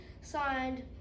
signed